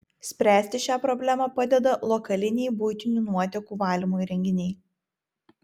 spręsti šią problemą padeda lokaliniai buitinių nuotekų valymo įrenginiai